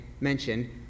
mentioned